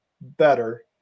better